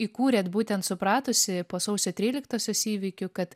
įkūrėt būtent supratusi po sausio tryliktosios įvykių kad